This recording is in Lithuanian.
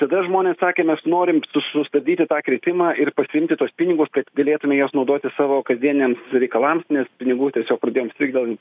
tada žmonės sakė mes norim su sustabdyti tą kritimą ir pasiimti tuos pinigus kad galėtume juos naudoti savo kasdieniniams reikalams nes pinigų tiesiog pradėjom strigt dėl